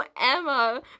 Emma